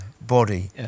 body